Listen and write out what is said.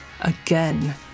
again